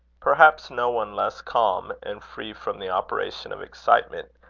perhaps no one less calm, and free from the operation of excitement,